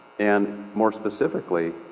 and more specifically,